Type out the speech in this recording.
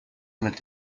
mit